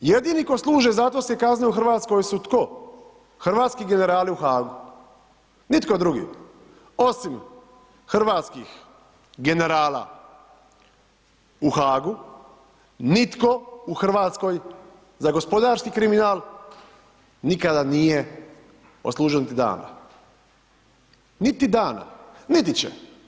Jedini koji služe zatvorske kazne u Hrvatskoj su tko, hrvatski generali u Haagu, nitko drugi osim hrvatskih generala u Haagu nitko u Hrvatskoj za gospodarski kriminal nikada nije odslužio niti dana, niti dana, niti će.